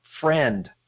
friend